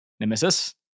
nemesis